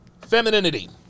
femininity